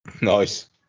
Nice